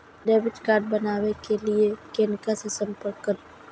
Debit card बनावे के लिए किनका से संपर्क करी?